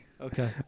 Okay